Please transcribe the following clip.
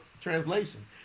translation